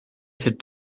sit